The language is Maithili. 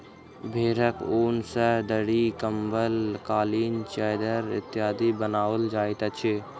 भेंड़क ऊन सॅ दरी, कम्बल, कालीन, चद्दैर इत्यादि बनाओल जाइत अछि